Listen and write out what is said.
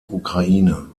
ukraine